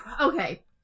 Okay